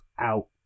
out